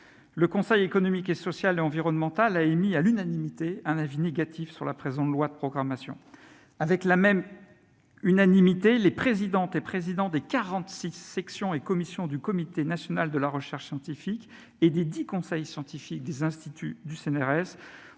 de l'après-guerre. Pourtant, le CESE a émis, à l'unanimité, un avis négatif sur la présente loi de programmation. Avec la même unanimité, les présidentes et présidents des 46 sections et commissions du Comité national de la recherche scientifique et des dix conseils scientifiques des instituts du CNRS ont